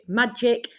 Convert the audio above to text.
magic